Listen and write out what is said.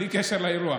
בלי קשר לאירוע.